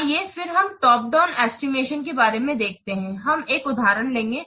आइए फिर हम टॉप डाउन एस्टिमेशन के बारे में देखते हैं हम एक उदाहरण लेंगे